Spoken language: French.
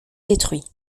détruit